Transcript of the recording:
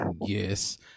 Yes